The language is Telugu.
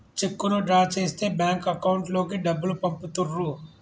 చెక్కును డ్రా చేస్తే బ్యాంక్ అకౌంట్ లోకి డబ్బులు పంపుతుర్రు